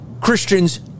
Christians